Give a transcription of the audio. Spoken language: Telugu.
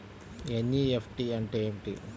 ఎన్.ఈ.ఎఫ్.టీ అంటే ఏమిటీ?